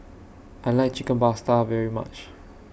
I like Chicken Pasta very much